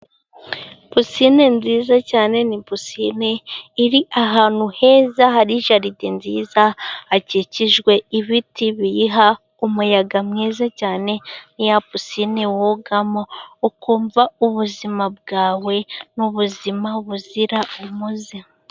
Pisine nziza cyane ni pisine iri ahantu heza ,hari jaride nziza ,hakikijwe ibiti biyiha umuyaga mwiza cyane, ni ya pisine wogamo ukumva ubuzima bwawe nubuzima buzira umuze.